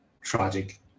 tragic